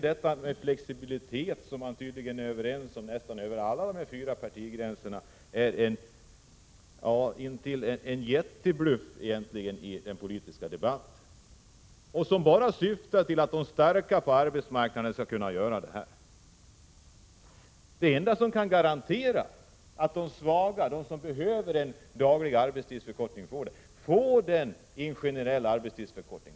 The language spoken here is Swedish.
Den flexibilitet som övriga fyra partier istort sett är överens om tycker jag egentligen är en jättebluff i den politiska debatten. Den syftar bara till att de starka på arbetsmarknaden kan tillgodogöra sig flexibiliteten. Det enda som kan garantera de svagare grupperna en förkortad arbetstid, dvs. de människor som främst behöver en sådan, är en generell arbetstidsförkortning.